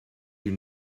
you